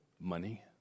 Money